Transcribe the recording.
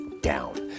down